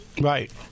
Right